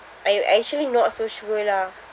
I'm actually not so sure lah